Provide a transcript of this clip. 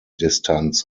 distanz